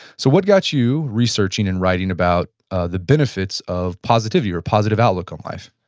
so what got you researching and writing about ah the benefits of positivity or positive outlook on life?